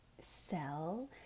sell